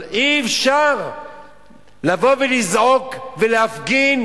אבל אי-אפשר לבוא ולזעוק ולהפגין